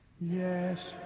Yes